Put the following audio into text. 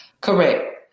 Correct